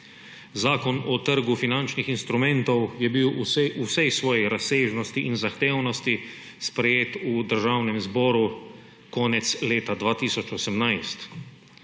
Zakon o trgu finančnih instrumentov je bil v vsej svoji razsežnosti in zahtevnosti sprejet v Državnem zboru konec leta 2018.